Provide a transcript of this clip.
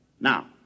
Now